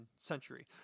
century